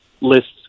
lists